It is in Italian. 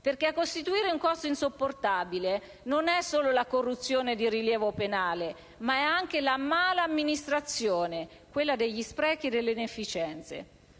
a costituire un costo insopportabile non è solo la corruzione di rilievo penale, ma anche la mala amministrazione, quella degli sprechi e delle inefficienze.